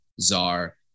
Czar